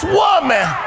woman